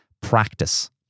practice